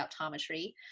Optometry